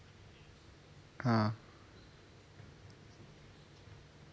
ah